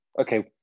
Okay